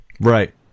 Right